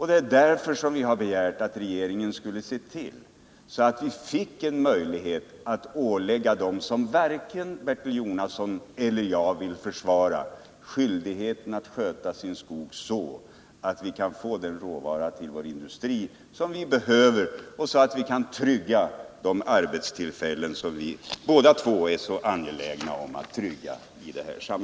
Det var därför som vi begärde att regeringen skulle se till att vi fick en möjlighet att ålägga dem som varken Bertil Jonasson eller jag vill försvara att sköta sin skog så att vi kan få den mängd råvara till vår industri som vi behöver för att trygga de arbetstillfällen som vi båda två är så angelägna att slå vakt om.